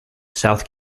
south